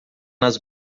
nas